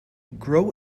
grow